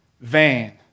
vain